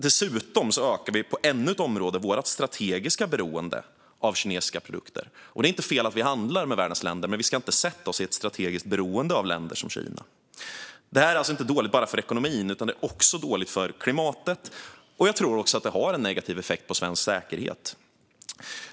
Dessutom ökar vi på ännu ett område vårt strategiska beroende av kinesiska produkter. Det är inte fel att vi handlar med världens länder, men vi ska inte sätta oss i ett strategiskt beroende av länder som Kina. Det här är alltså dåligt inte bara för ekonomin; det är också dåligt för klimatet, och jag tror också att det har en negativ effekt på svensk säkerhet.